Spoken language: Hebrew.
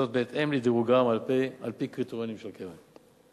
זאת בהתאם לדירוגם על-פי הקריטריונים של הקרן.